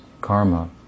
karma